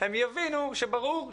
הם יבינו שברור,